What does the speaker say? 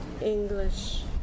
English